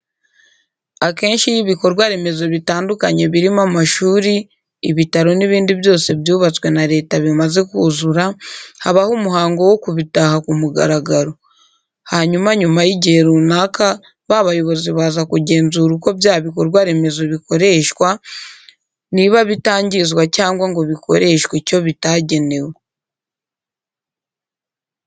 Akenshi iyo ibikorwa remezo bitandukanye birimo amashuri, ibitaro n'ibindi byose byubatswe na leta bimaze kuzura, habaho umuhango wo kubitaha ku mugaragaro. Hanyuma nyuma y'igihe runaka, ba bayobozi baza kugenzura uko bya bikorwa remezo bikoreshwa, niba bitangizwa cyangwa ngo bikoreshwa icyo bitagenewe.